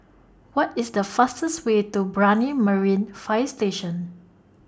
What IS The fastest Way to Brani Marine Fire Station